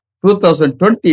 2020